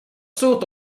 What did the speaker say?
soort